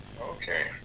Okay